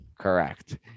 correct